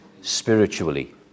spiritually